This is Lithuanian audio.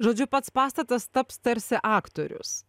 žodžiu pats pastatas taps tarsi aktorius